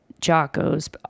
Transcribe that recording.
Jocko's